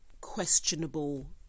questionable